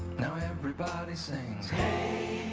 now everybody sings hey